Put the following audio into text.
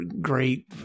great